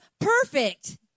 perfect